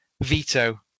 veto